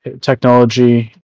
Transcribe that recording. Technology